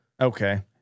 Okay